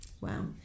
Wow